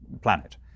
planet